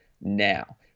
now